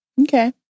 Okay